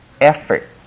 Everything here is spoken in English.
effort